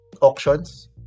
auctions